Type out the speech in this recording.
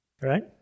Right